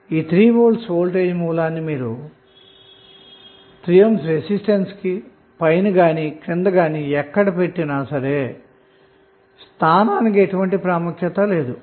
ఈ 3V voltage source ని మీరు 3 ohm రెసిస్టెన్స్ కి పైన కానీ క్రింద కానీ ఎక్కడ పెట్టినా సరే స్థానానికి ఎటువంటి ప్రాముఖ్యత లేదు